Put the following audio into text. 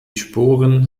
sporen